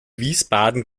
wiesbaden